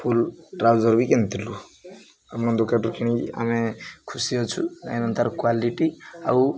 ଫୁଲ୍ trouser ବି କିଣିଥିଲୁ ଆମ ଦୋକାନଠୁ କିଣିକି ଆମେ ଖୁସି ଅଛୁ କାଇଁନା ତା'ର କ୍ଵାଲିଟି ଆଉ